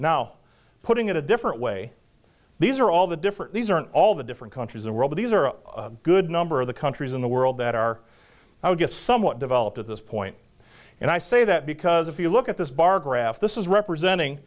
now putting it a different way these are all the different these are in all the different countries the world these are a good number of the countries in the world that are i would guess somewhat developed at this point and i say that because if you look at this bar graph this is representing